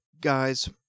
guys